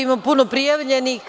Imam puno prijavljenih.